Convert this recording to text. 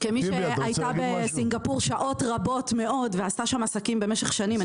כמי שהייתה בסינגפור במשך שעות רבות ועשתה שם עסקים במשך שנים,